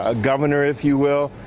ah governor if you will,